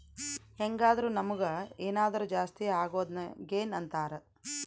ಹೆಂಗಾದ್ರು ನಮುಗ್ ಏನಾದರು ಜಾಸ್ತಿ ಅಗೊದ್ನ ಗೇನ್ ಅಂತಾರ